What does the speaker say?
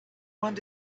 want